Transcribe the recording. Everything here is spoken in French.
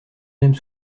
même